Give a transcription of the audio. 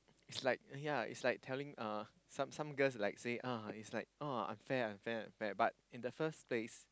it's like yea it's like telling uh some some girls like say uh it's like oh unfair unfair but in the first place